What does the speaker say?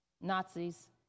Nazis